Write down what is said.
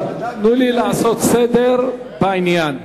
תנו לי לעשות סדר בעניין.